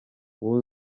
wowe